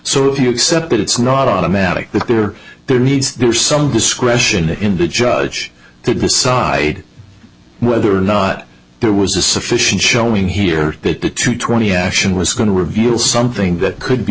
so if you accept it it's not automatic that there their needs are some discretion in the judge to decide whether or not there was a sufficient showing here that the two twenty action was going to reveal something that could be